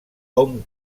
hom